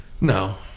No